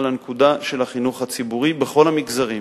הנקודה של החינוך הציבורי בכל המגזרים.